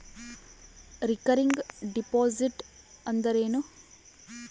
Recurring deposit ಅಂದರೇನು?